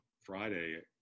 Friday